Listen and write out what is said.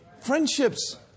Friendships